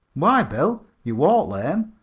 why, bill, you walk lame.